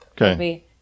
Okay